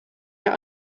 der